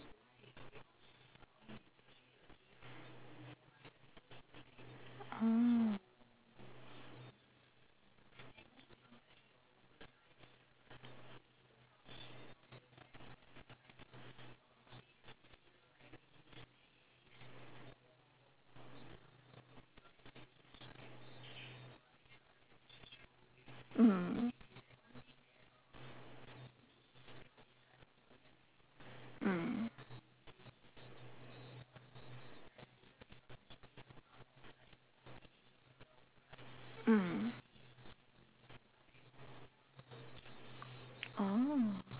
oh mm mm mm oh